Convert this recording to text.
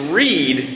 read